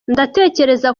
ndatekereza